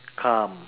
calm